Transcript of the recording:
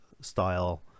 style